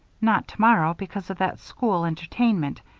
not tomorrow, because of that school entertainment.